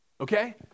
Okay